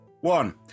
one